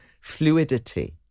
fluidity